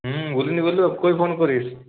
হুম ভুলিনি বললেও কই ফোন করিস